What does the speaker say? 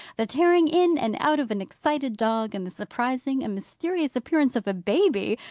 the tearing in and out of an excited dog, and the surprising and mysterious appearance of a baby,